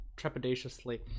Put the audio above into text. trepidatiously